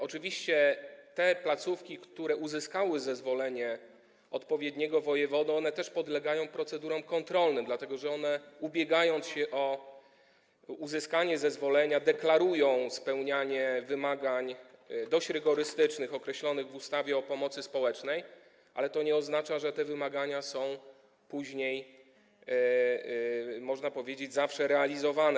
Oczywiście te placówki, które uzyskały zezwolenie odpowiedniego wojewody, też podlegają procedurom kontrolnym, dlatego że one, ubiegając się o uzyskanie zezwolenia, deklarują spełnianie dość rygorystycznych wymagań określonych w ustawie o pomocy społecznej, ale to nie oznacza że te wymagania są później, można powiedzieć, zawsze realizowane.